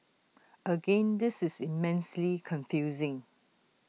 again this is immensely confusing